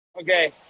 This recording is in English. Okay